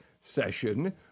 session